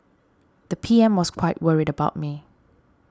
the P M was quite worried about me